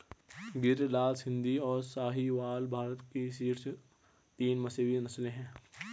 गिर, लाल सिंधी, और साहीवाल भारत की शीर्ष तीन मवेशी नस्लें हैं